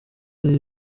ari